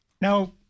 Now